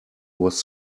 was